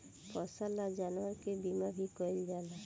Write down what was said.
फसल आ जानवर के बीमा भी कईल जाला